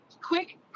Quick